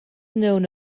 known